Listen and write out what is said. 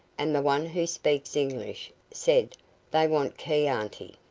and the one who speaks english said they want key-aunty.